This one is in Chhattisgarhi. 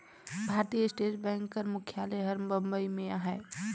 भारतीय स्टेट बेंक कर मुख्यालय हर बंबई में अहे